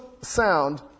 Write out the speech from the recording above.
sound